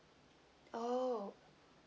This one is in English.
oh